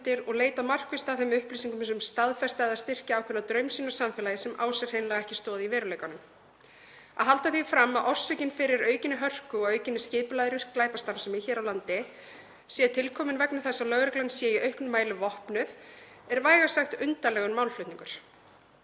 og leita markvisst að þeim upplýsingum sem staðfesta eða styrkja ákveðna draumsýn um samfélagið sem á sér hreinlega ekki stoð í veruleikanum. Að halda því fram að orsökin fyrir aukinni hörku og aukinni skipulagðri glæpastarfsemi hér á landi sé til komin vegna þess að lögreglan sé í auknum mæli vopnuð er vægast sagt undarlegur málflutningur.